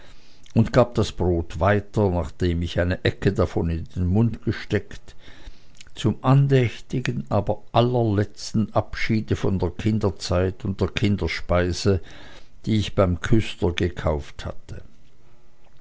und gab das brot weiter nachdem ich eine ecke davon in den mund gesteckt zum andächtigen aber allerletzten abschiede von der kinderzeit und der kinderspeise die ich beim küster gekauft hatte